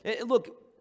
look